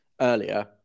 earlier